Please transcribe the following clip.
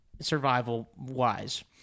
survival-wise